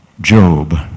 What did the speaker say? Job